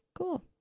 Cool